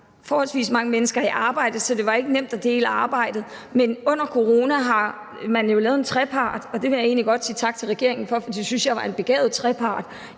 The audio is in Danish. forholdsvis mange mennesker i arbejde, så det ikke var nemt at dele arbejdet, men under coronaen har man jo lavet en trepartsaftale – og det vil jeg egentlig godt sige tak til regeringen for, for det synes jeg var en begavet trepartsaftale